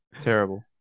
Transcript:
Terrible